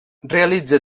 realitza